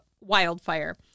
wildfire